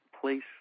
place